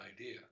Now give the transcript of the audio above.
idea